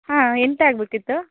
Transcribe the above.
ಹಾಂ ಎಂತ ಆಗಬೇಕಿತ್ತು